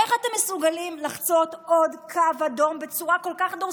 איך אתם מסוגלים לחצות עוד קו אדום בצורה כל כך דורסנית?